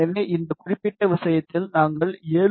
எனவே இந்த குறிப்பிட்ட விஷயத்தில் நாங்கள் 7